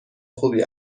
خوبی